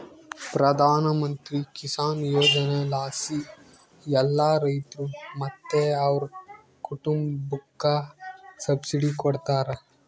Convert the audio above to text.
ಪ್ರಧಾನಮಂತ್ರಿ ಕಿಸಾನ್ ಯೋಜನೆಲಾಸಿ ಎಲ್ಲಾ ರೈತ್ರು ಮತ್ತೆ ಅವ್ರ್ ಕುಟುಂಬುಕ್ಕ ಸಬ್ಸಿಡಿ ಕೊಡ್ತಾರ